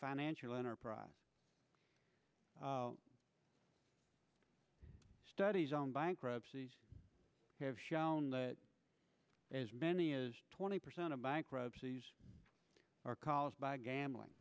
financial enterprise studies on bankruptcy have shown that as many as twenty percent of bankruptcies are caused by gambling